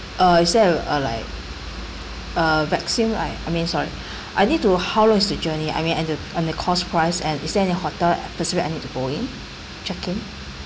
uh is there uh like uh vaccine like I mean sorry I need to know how long is the journey I mean and the and the cost price and is there any hotel specific I need to go in check in